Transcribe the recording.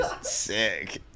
Sick